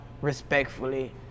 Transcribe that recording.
respectfully